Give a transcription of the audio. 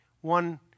One